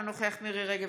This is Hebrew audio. אינו נוכח מירי מרים רגב,